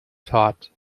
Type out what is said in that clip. taught